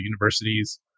universities